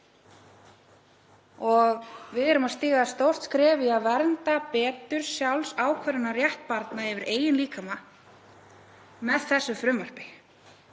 og við erum að stíga stórt skref í því að vernda betur sjálfsákvörðunarrétt barna yfir eigin líkama með þessu frumvarpi.